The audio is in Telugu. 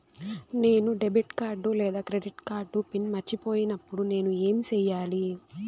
నేను డెబిట్ కార్డు లేదా క్రెడిట్ కార్డు పిన్ మర్చిపోయినప్పుడు నేను ఏమి సెయ్యాలి?